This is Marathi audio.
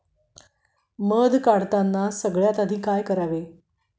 मध काढताना सगळ्यात आधी काय करावे?